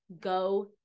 go